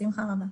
בשמחה רבה.